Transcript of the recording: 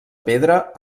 pedra